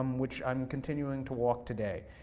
which i'm continuing to walk today.